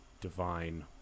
divine